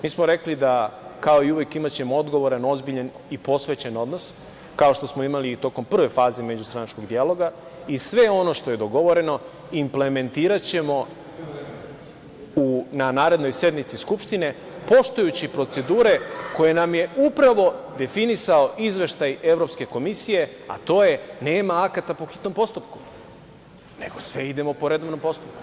Mi smo rekli da ćemo, kao i uvek, imati ozbiljan, odgovoran i posvećen odnos, kao što smo imali i tokom prve faze međustranačkog dijaloga i sve ono što je dogovoreno implementiraćemo na narednoj sednici Skupštine, poštujući procedure koje nam je upravo definisao izveštaj evropske komisije, a to je - nema akata po hitnom postupku, nego sve idemo po redovnom postupku.